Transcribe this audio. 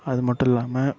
அதுமட்டும் இல்லாமல்